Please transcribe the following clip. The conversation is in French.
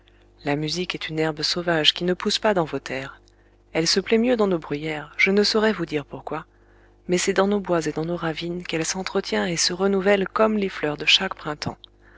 la musique est une herbe sauvage qui ne pousse pas dans vos terres elle se plaît mieux dans nos bruyères je ne saurais vous dire pourquoi mais c'est dans nos bois et dans nos ravines qu'elle s'entretient et se renouvelle comme les fleurs de chaque printemps